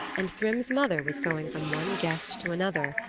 and thrym's mother was going from one guest to another,